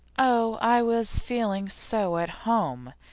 oh, i was feeling so at home,